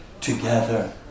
together